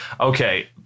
Okay